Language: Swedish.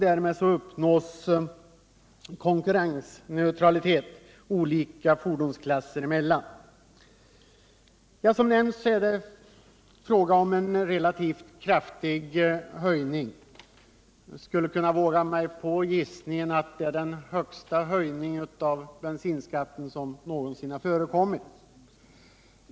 Därmed uppnås konkurrensneutralitet olika fordonsklasser emellan. Som nämnts är det fråga om en relativt kraftig höjning. Jag skulle kunna våga mig på gissningen att det är den största höjning av bensinskatten som någonsin har förekommit.